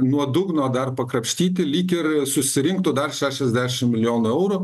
nuo dugno dar pakrapštyti lyg ir susirinktų dar šešiasdešim milijonų eurų